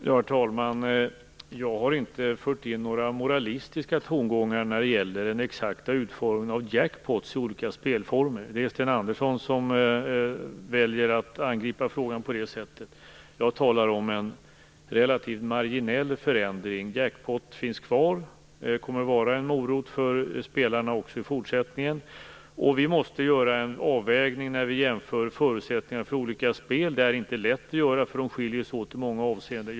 Herr talman! Jag har inte fört in några moralistiska tongångar när det gäller den exakta utformningen av de olika spelformer där man kan få jackpot. Det är Sten Andersson som väljer att angripa frågan på det sättet. Jag talar om en relativt marginell förändring. Jackpot finns kvar. Det kommer att vara en morot för spelarna också i fortsättningen. Vi måste göra en avvägning när vi jämför förutsättningarna för olika spel. Det är inte lätt, för de skiljer sig åt i många avseenden.